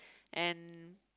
and